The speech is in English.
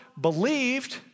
believed